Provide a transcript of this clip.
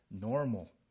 normal